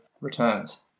returns